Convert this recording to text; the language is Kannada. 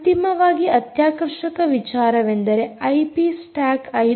ಅಂತಿಮವಾಗಿ ಅತ್ಯಾಕರ್ಷಕ ವಿಚಾರವೆಂದರೆ ಐಪಿ ಸ್ಟಾಕ್ 5